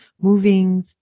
moving